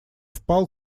впал